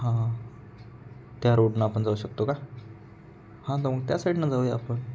हां हां त्या रोडनं आपण जाऊ शकतो का हा जाऊ त्या साईडनं जाऊया आपण